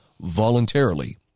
voluntarily